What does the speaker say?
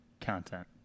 content